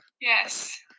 Yes